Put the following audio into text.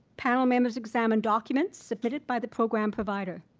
panel members examine documents submitted by the program provider.